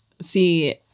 See